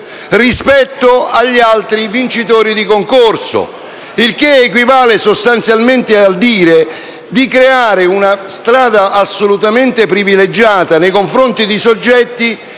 rispetto agli altri vincitori di concorso; il che equivale sostanzialmente a prevedere la creazione di una strada assolutamente privilegiata nei confronti di soggetti